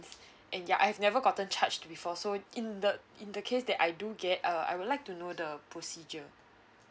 and ya I've never gotten charged before so in the in the case that I do get uh I would like to know the procedure